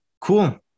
Cool